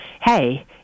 Hey